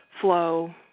flow